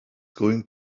going